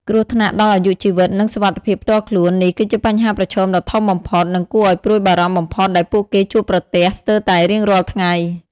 គ្រោះថ្នាក់ដល់អាយុជីវិត និងសុវត្ថិភាពផ្ទាល់ខ្លួន នេះគឺជាបញ្ហាប្រឈមដ៏ធំបំផុត និងគួរឲ្យព្រួយបារម្ភបំផុតដែលពួកគេជួបប្រទះស្ទើរតែរៀងរាល់ថ្ងៃ។